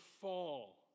fall